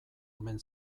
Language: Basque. omen